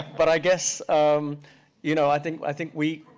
but i guess um you know, i think i think we,